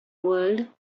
world